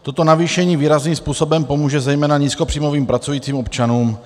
Toto navýšení výrazným způsobem pomůže zejména nízkopříjmovým pracujícím občanům.